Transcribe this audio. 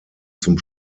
zum